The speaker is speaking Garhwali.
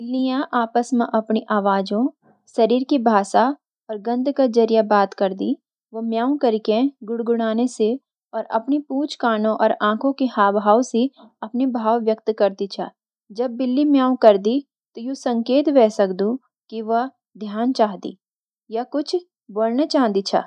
बिल्लियाँ आपस म अपनी आवाज़ों, शरीर की भाषा, और गंध के ज़रिए बात करदी। व म्याऊं करके, गुड़गुड़ाने से, और अपनी पूंछ, कानों, और आंखों के हाव-भाव सी अपने भाव व्यक्त करदी छ। जब बिल्लि म्याऊं करदी, त यू संकेत वे सकदु कि वा ध्यान चाहदी या कुछ बोलन चाहदी छ।